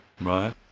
Right